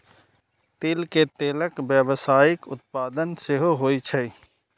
तिल के तेलक व्यावसायिक उत्पादन सेहो होइ छै